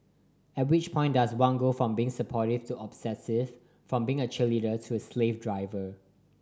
at which point does one go from being supportive to obsessive from being a cheerleader to a slave driver